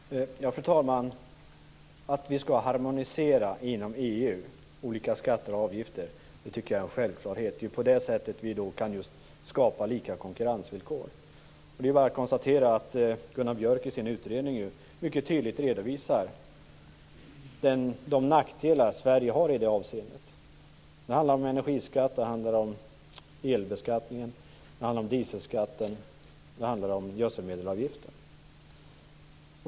Fru talman! Jag tycker att det är en självklarhet att vi skall harmonisera olika skatter och avgifter inom EU. Det är på det sättet vi kan skapa lika konkurrensvillkor. Det är bara att konstatera att Gunnar Björk i sin utredning mycket tydligt redovisar de nackdelar Sverige har i det avseendet. Det handlar om energiskatten, elbeskattningen, dieselskatten och gödselmedelavgiften.